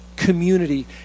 community